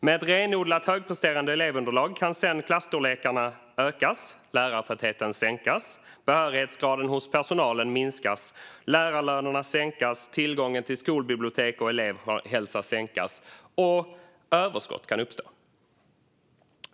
Med ett renodlat högpresterande elevunderlag kan klasstorlekarna sedan ökas, lärartätheten sänkas, behörighetsgraden hos personalen minskas, lärarlönerna sänkas, tillgången till skolbibliotek och elevhälsa sänkas och överskott uppstå.